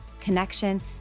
connection